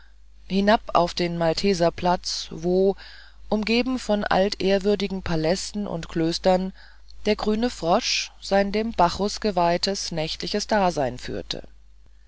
hinab auf den maltheserplatz wo umgeben von altehrwürdigen palästen und klöstern der grüne frosch sein dem bacchus geweihtes nächtliches dasein führte